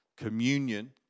communion